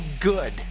good